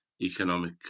economic